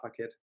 kit